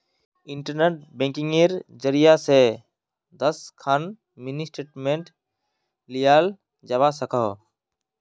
internet बैंकिंगेर जरियई स दस खन मिनी स्टेटमेंटक लियाल जबा स ख छ